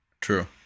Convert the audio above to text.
True